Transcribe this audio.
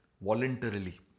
voluntarily